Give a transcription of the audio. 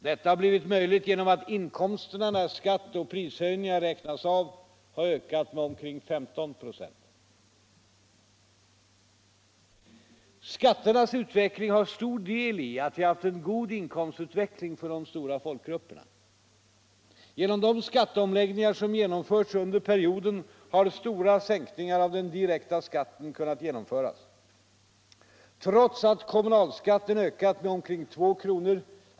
Detta har blivit möjligt genom att inkomsterna när skatt och prishöjningar räknats av har ökat med omkring 15 96. Skatternas utveckling har stor del i att vi haft en god inkomstutveckling för de stora folkgrupperna. Genom de skatteomläggningar som genomförts under perioden har stora sänkningar av den direkta skatten kunnat genomföras. Trots att kommunalskatten ökat med omkring 2 kr.